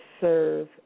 serve